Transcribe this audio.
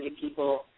people